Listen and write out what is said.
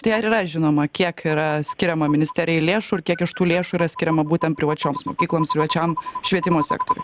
tai ar yra žinoma kiek yra skiriama ministerijai lėšų ir kiek iš tų lėšų yra skiriama būtent privačioms mokykloms privačiam švietimo sektoriui